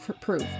proof